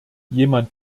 jemand